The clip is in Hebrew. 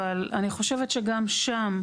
אבל אני חושבת שגם שם,